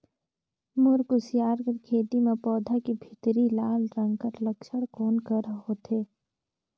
मोर कुसियार कर खेती म पौधा के भीतरी लाल रंग कर लक्षण कौन कर होथे?